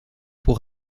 pour